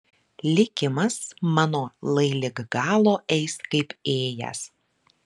likimas mano lai lig galo eis kaip ėjęs